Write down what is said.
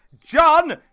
John